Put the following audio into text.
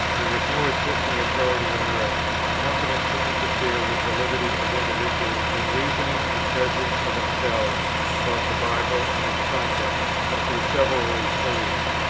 there is no existing authority on earth competent to interfere with the liberty of individuals in reasoning and judging for themselves about the bible and its contents, as they severally please.